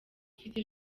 ufite